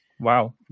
wow